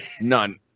None